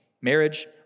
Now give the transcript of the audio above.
marriage